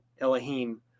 Elohim